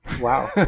Wow